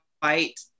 fight